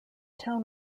town